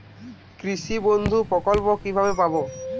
কৃষকবন্ধু প্রকল্প কিভাবে পাব?